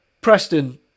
Preston